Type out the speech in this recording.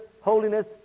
holiness